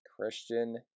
Christian